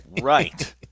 Right